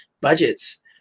budgets